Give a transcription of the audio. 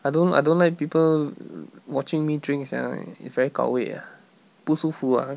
I don't I don't like people watching me drink sia very 搞胃 ah 不舒服啊